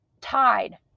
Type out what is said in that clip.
tied